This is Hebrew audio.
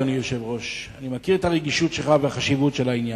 אדוני היושב-ראש: אני מכיר את הרגישות שלך ואת חשיבות העניין,